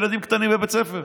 ואני רוצה להתעכב,